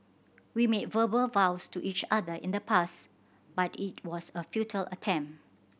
we made verbal vows to each other in the past but it was a futile attempt